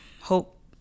hope